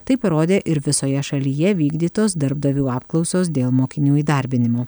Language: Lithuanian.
tai parodė ir visoje šalyje vykdytos darbdavių apklausos dėl mokinių įdarbinimo